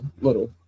little